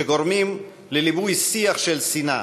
שגורמים לליבוי שיח של שנאה,